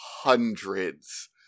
hundreds